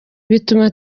bituma